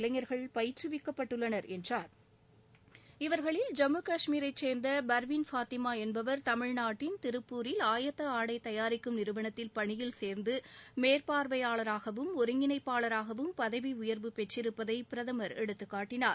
இளைஞர்கள் பயிற்றுவிக்கப் பட்டுள்ளனர் என்றார் இவர்களில் ஜம்மு காஷ்மீரை சேர்ந்த பர்வீன் ஃபாத்திமா என்பவர் தமிழ்நாட்டின் திருப்பூரில் ஆயத்த ஆடை தயாரிக்கும் நிறுவனத்தில் பணியில் சேர்ந்து மேற்பார்வையாளராகவும் ஒருங்கிணைப்பாளராகவும் பதவி உயர்வு பெற்றிருப்பதை பிரதமர் எடுத்துக்காட்டினார்